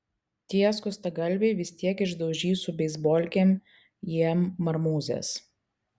tie skustagalviai vis tiek išdaužys su beisbolkėm jiem marmūzes